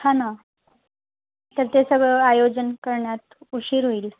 हां ना तर ते सगळं आयोजन करण्यात उशीर होईल